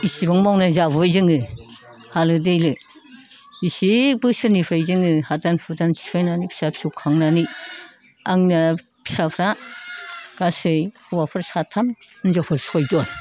इसेबां मावना जाबोबाय जोङो हालो दैलो इसे बोसोरनिफ्राय जोङो हादान हुदान सिफायनानै फिसा फिसौ खांनानै आंनिया फिसाफ्रा गासै हौवाफोर साथाम हिनजावफोर सयजोन